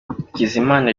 hakizimana